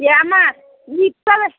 ஏம்மா இப்போவே